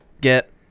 get